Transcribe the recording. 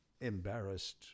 Embarrassed